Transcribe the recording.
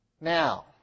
now